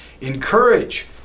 encourage